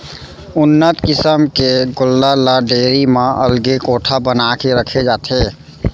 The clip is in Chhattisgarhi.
उन्नत किसम के गोल्लर ल डेयरी म अलगे कोठा बना के रखे जाथे